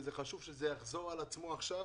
וחשוב שזה יחזור על עצמו עכשיו.